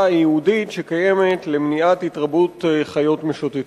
הייעודית שקיימת למניעת התרבות חיות משוטטות.